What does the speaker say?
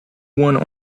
one